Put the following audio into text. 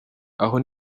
aho